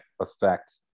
affect